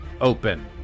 Open